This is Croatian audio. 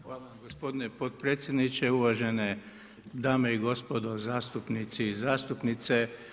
Hvala gospodine potpredsjedniče, uvažene dame i gospodo zastupnici i zastupnice.